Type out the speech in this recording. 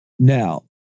Now